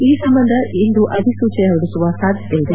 ಈ ಸಂಬಂಧ ಇಂದು ಅಧಿಸೂಚನೆ ಹೊರಡಿಸುವ ಸಾಧ್ಯತೆ ಇದೆ